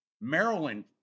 Maryland